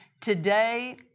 Today